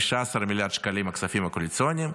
15 מיליארד שקלים הכספים הקואליציוניים,